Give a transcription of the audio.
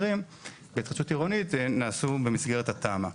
כהתחדשות עירונית נעשו במסגרת התמ"א.